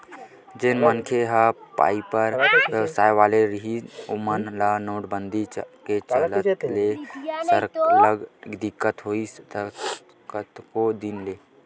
जेन मनखे मन ह बइपार बेवसाय वाले रिहिन हे ओमन ल नोटबंदी के चलत सरलग दिक्कत होइस हे कतको दिन ले